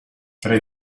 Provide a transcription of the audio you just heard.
tre